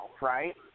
right